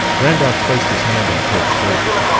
randolph placed his hand on cope's shoulder.